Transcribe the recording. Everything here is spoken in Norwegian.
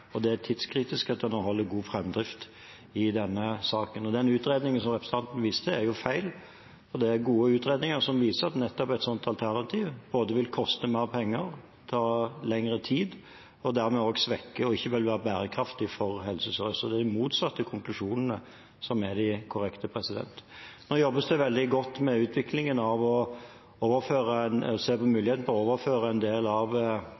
representanten viste til, er feil. Det er gode utredninger som viser at et slikt alternativ vil koste mer penger og ta lengre tid, og dermed vil svekke og ikke være bærekraftig for Helse Sør-Øst. Det er de motsatte konklusjonene som er de korrekte. Nå jobbes det veldig godt med utviklingen, med å se på muligheten for å overføre en del av det som er planlagt ved det nye Rikshospitalet, til det nye livsvitenskapsbygget. Det vil også sikre god framdrift for etablering av livsvitenskapsbygget, som ikke minst er viktig for Universitetet i Oslo, utvikling av